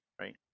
right